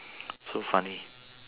so funny